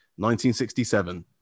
1967